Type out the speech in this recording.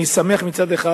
מצד אחד,